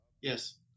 Yes